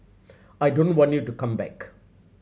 I don't want you to come back